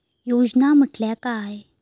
योजना म्हटल्या काय?